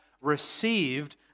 received